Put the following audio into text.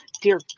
Dear